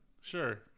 Sure